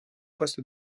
poste